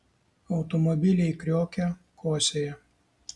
automobiliai kriokia kosėja